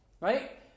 Right